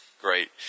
Great